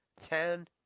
Ten